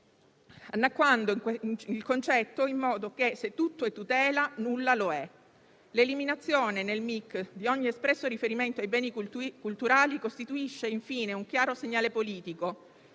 annacquando il concetto in modo che se tutto è tutela, nulla lo è. L'eliminazione nel Mic di ogni espresso riferimento ai beni culturali costituisce infine un chiaro segnale politico